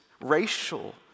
racial